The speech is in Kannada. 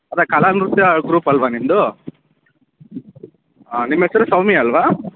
ಅದೇ ಕಲಾ ನೃತ್ಯ ಗ್ರೂಪ್ ಅಲ್ಲವಾ ನಿಮ್ಮದು ನಿಮ್ಮ ಹೆಸ್ರು ಸೌಮ್ಯ ಅಲ್ಲವಾ